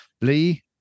Lee